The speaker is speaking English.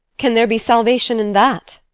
can there be salvation in that?